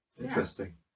interesting